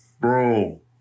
bro